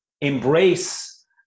embrace